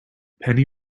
penny